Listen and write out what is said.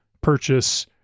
purchase